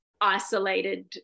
isolated